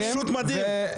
זה פשוט מדהים.